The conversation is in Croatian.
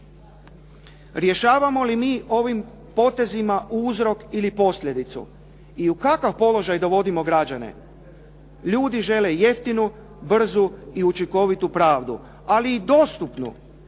Rješavamo li mi ovim potezima uzrok ili posljedicu i u kakav položaj dovodimo građane? Ljudi žele jeftinu, brzu i učinkovitu pravdu, ali i dostupnu.